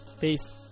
Peace